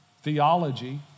Theology